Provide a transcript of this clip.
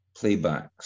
playbacks